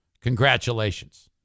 Congratulations